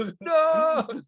No